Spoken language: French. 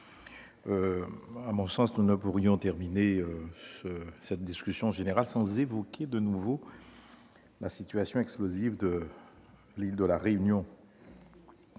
à mon sens, nous ne pourrions terminer cette discussion générale sans évoquer de nouveau la situation explosive sur l'île de la Réunion,